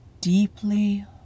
deeply